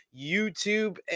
YouTube